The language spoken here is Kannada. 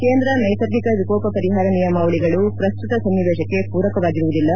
ಕೇಂದ್ರ ನೈಸರ್ಗಿಕ ವಿಕೋಪ ಪರಿಹಾರ ನಿಯಮಾವಳಿಗಳು ಪ್ರಸ್ತುತ ಸನ್ನೇವೇಶಕ್ಕೆ ಪೂರಕವಾಗಿರುವುದಿಲ್ಲ